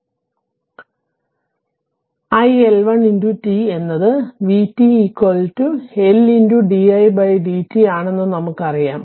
അതിനാൽ iL1 t എന്നത് vt L d i d t ആണെന്ന് നമുക്കറിയാം